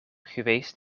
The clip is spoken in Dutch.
geweest